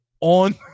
on